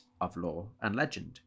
oflawandlegend